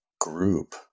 group